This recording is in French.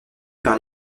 par